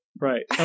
Right